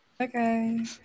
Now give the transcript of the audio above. Okay